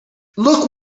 look